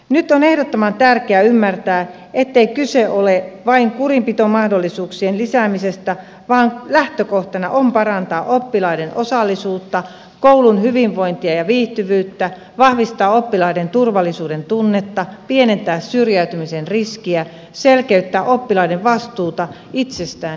nyt on ehdottoman tärkeää ymmärtää ettei kyse ole vain kurinpitomahdollisuuksien lisäämisestä vaan lähtökohtana on parantaa oppilaiden osallisuutta koulun hyvinvointia ja viihtyvyyttä vahvistaa oppilaiden turvallisuuden tunnetta pienentää syrjäytymisen riskiä selkeyttää oppilaiden vastuuta itsestään ja muista